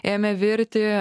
ėmė virti